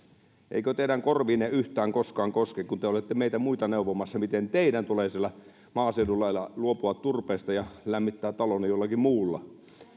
eikö teidän korviinne koskaan yhtään koske kun te olette meitä muita neuvomassa miten meidän tulee siellä maaseudulla elää luopua turpeesta ja lämmittää talomme jollakin muulla